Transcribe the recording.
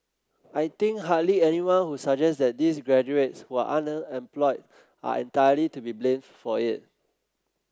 i think hardly anyone would suggest that those graduates who are underemployed are entirely to be blamed for it